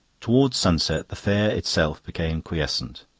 towards sunset the fair itself became quiescent.